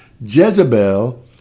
Jezebel